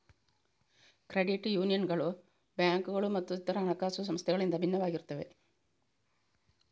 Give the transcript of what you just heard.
credit ಯೂನಿಯನ್ಗಳು ಬ್ಯಾಂಕುಗಳು ಮತ್ತು ಇತರ ಹಣಕಾಸು ಸಂಸ್ಥೆಗಳಿಂದ ಭಿನ್ನವಾಗಿರುತ್ತವೆ